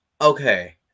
Okay